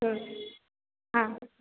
हं हां